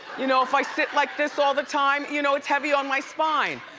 you know if i sit like this all the time, you know it's heavy on my spine,